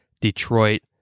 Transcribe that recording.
Detroit